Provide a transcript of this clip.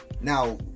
Now